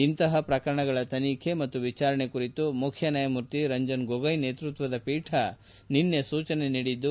ಇಂತಹ ಪ್ರಕರಣಗಳ ತನಿಖೆ ಮತ್ತು ವಿಚಾರಣೆ ಕುರಿತು ಮುಖ್ಯ ನ್ಯಾಯಮೂರ್ತಿ ರಂಜನ್ ಗೋಗೊಯ್ ನೇತೃತ್ವದ ಖೀಠ ನಿನ್ನೆ ಸೂಚನೆ ನೀಡಿದ್ದು